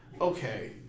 okay